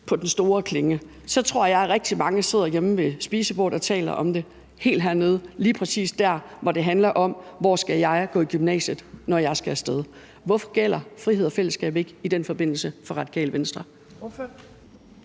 på den store klinge, tror jeg, at rigtig mange sidder hjemme ved spisebordet og taler om det i forhold til lige præcis der, hvor det handler om: Hvor skal jeg gå i gymnasiet, når jeg skal af sted? Hvorfor gælder frihed og fællesskab ikke i den forbindelse for Radikale Venstre?